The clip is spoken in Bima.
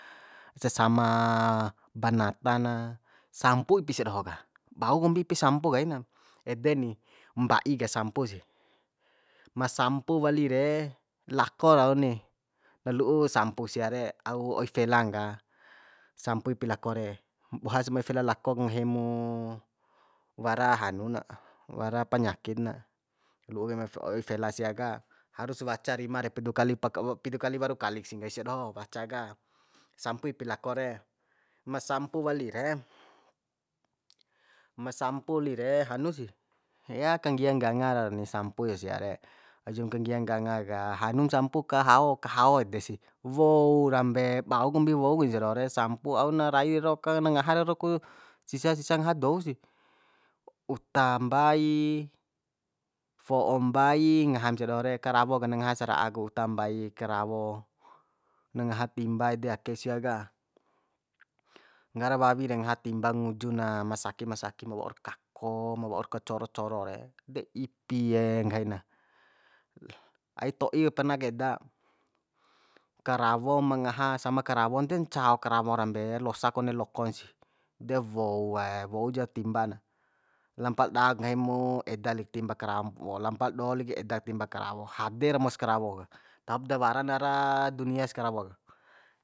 Sesama banata na sampu ipi sia doho ka bau kombi ipi sampu kaina ede ni mba'i ka sampusih ma sampu wali re lako rau ni na lu'u sampu sia re au oi felan ka sampu ipi lako re bohas ma oi fela lako ka nggahi mu wara hanu na wara panyakit na lu'u kaim oi fela sia ka harus waca rima re pidu kali pidu kali waru kali sih nggahi sia doho waca ka sampu ipi lako re ma sampu wali re ma sampu li re hanu sih kanggia ngganga rau ni sampu sia re aujam kanggia ngganga ka hanum sampu kahao kahao ede sih wou rambe bau kombi wou kain sia doho re sampu au na rai ro ka na ngaha ro ku sisa sisa ngaha dou sih uta mbai fo'o mbai ngaham sia doho re karawo de na ngaha sara'a ku uta mbai karawo na ngaha timba ede akek sia ka nggara wawi de ngaha timba nguju na masakimasaki ma waur kako ma waur kacoro coro re de ipie nggahi na ai to'i pernak eda karawo ma ngaha sama karawon de ncao karawo rambe losa kone lokon si de woue wou ja timba na lampal dak nggahi mu eda lik timba karawo lampal do wali eda timba karawo hade romos karawo ka tahop da wara na ara dunias karawo ka